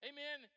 Amen